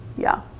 yeah.